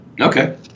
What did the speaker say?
Okay